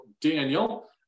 Daniel